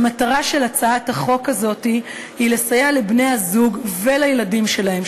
המטרה של הצעת החוק הזאת היא לסייע לבני-הזוג ולילדים שלהם,